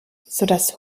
sodass